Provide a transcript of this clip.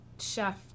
chef